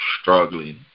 struggling